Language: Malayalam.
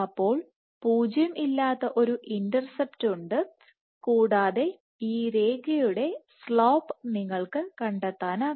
അപ്പോൾ പൂജ്യം അല്ലാത്ത ഒരു ഇന്റർസെപ്റ്റ് ഉണ്ട് കൂടാതെ ഈ രേഖയുടെ സ്ലോപ് നിങ്ങൾക്ക് കണ്ടെത്താനാകും